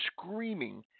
screaming